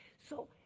so